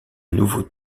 nouveau